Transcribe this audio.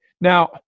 Now